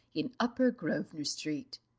in upper grosvenor-street.